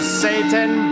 satan